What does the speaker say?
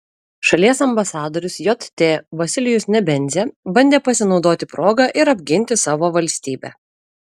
šalies ambasadorius jt vasilijus nebenzia bandė pasinaudoti proga ir apginti savo valstybę